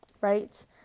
right